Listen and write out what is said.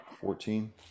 Fourteen